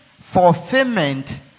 fulfillment